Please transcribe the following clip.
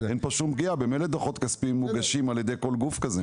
אין פה שום פגיעה; ממילא דו"חות כספיים מוגשים על ידי כל גוף כזה.